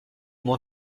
moins